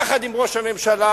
יחד עם ראש הממשלה,